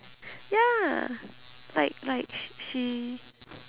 ya like like sh~ she